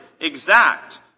exact